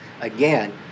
again